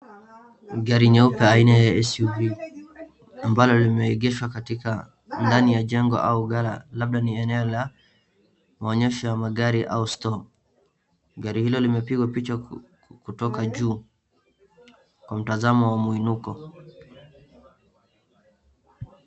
Ni gari nyeupe aina ya SUV, ambalo limeegeshwa katika ndani ya jengo au garaj. Labda ni eneo la maonyesho ya magari au stoo. Gari hilo limepigwa picha kutoka juu kwa mtazamo wa muinuko.